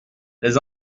les